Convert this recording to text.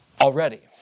already